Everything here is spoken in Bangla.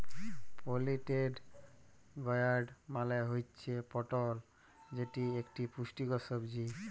পলিটেড গয়ার্ড মালে হুচ্যে পটল যেটি ইকটি পুষ্টিকর সবজি